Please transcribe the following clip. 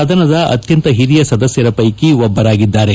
ಸದನದಲ್ಲಿರುವ ಅತ್ಯಂತ ಹಿರಿಯ ಸದಸ್ಯರ ವೈಕಿ ಒಬ್ಬರಾಗಿದ್ದಾರೆ